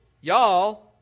y'all